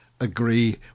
agree